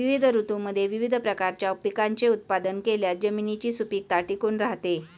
विविध ऋतूंमध्ये विविध प्रकारच्या पिकांचे उत्पादन केल्यास जमिनीची सुपीकता टिकून राहते